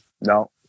No